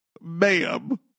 Ma'am